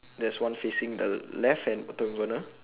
there's one facing the left and bottom corner